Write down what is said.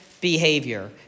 behavior